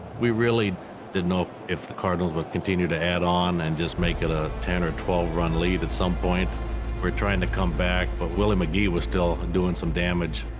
we really didn't know if the cardinals would continue to add on and just make it a ten or twelve run lead at some point. we were trying to come back, but willie mcgee was still and doing some damage.